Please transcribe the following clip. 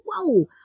Whoa